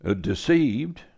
deceived